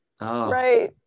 Right